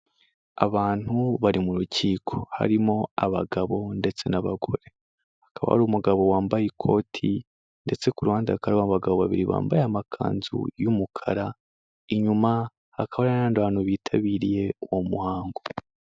Abantu bari mu rukiko harimo abagabo ndetse n'abagore. Akaba ari umugabo wambaye ikoti ndetse ku ruhandereba rw'abagabo babiri bambaye amakanzu y'umukara inyuma hakaba n'abandi bantu bitabiriye uwo muhango.